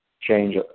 change